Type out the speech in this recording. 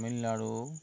Tamil Nadu